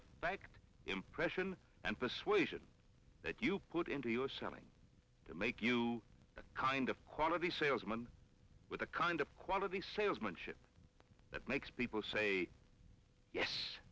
fact impression and persuasion that you put into your selling to make you kind of quality salesman with the kind of quality salesmanship that makes people say yes